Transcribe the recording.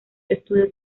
estudios